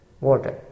water